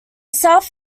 south